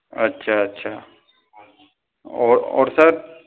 अच्छा अच्छा और और सर